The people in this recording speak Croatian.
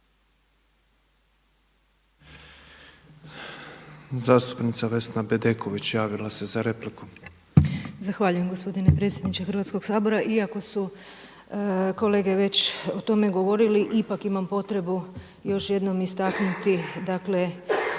Zastupnica Vesna Bedeković javila se za repliku. **Bedeković, Vesna (HDZ)** Zahvaljujem gospodine predsjedniče Hrvatskoga sabora, iako su kolege već o tome govorili, ipak imam potrebu još jednom istaknuti dakle